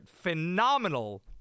phenomenal